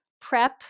prep